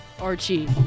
Archie